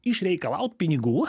išreikalaut pinigų